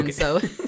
Okay